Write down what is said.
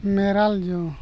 ᱢᱮᱨᱟᱞ ᱡᱚ